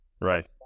right